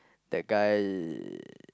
the guy